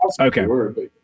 okay